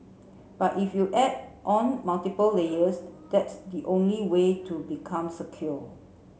but if you add on multiple layers that's the only way to become secure